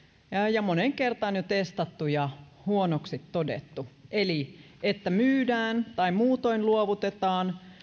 ja moneen kertaan jo testattu ja huonoksi todettu myydään tai muutoin luovutetaan